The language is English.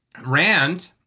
Rand